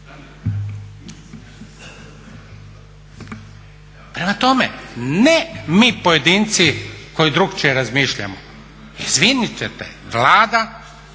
Prema tome, ne mi pojedinci koji drukčije razmišljamo. Izvinut ćete, Vlada